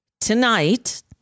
tonight